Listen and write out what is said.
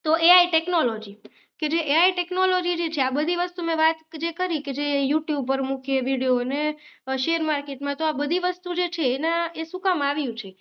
તો AI technology કે જે એઆઈ ટેક્નોલોજી જે છે આ બધી વસ્તુ મેં વાત જે કરી જે યુ ટ્યૂબર મૂકે વિડીયો અને શેર માર્કેટમાં તો આ બધી વસ્તુ જે છે એના એ શું કામ આવ્યું છે